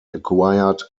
acquired